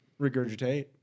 Regurgitate